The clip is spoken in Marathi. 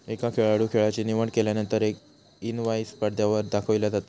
एका खेळाडूं खेळाची निवड केल्यानंतर एक इनवाईस पडद्यावर दाखविला जाता